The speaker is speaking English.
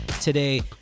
today